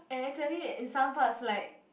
and actually in some parts like